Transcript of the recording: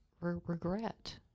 regret